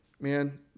man